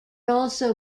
also